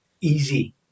easy